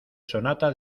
sonata